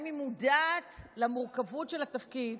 האם היא מודעת למורכבות של התפקיד,